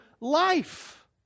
life